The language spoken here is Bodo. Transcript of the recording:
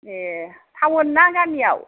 ए थाउन ना गामिआव